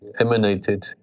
emanated